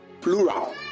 plural